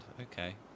okay